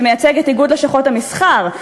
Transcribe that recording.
שמייצג את איגוד לשכות המסחר,